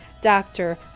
doctor